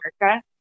America